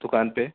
دکان پہ